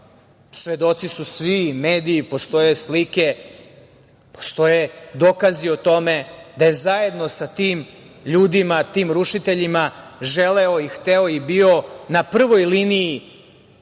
svedoci su svi mediji postoje slike, postoje dokazi o tome da je zajedno sa tim ljudima, tim rušiteljima, želeo i hteo i bio na prvoj liniji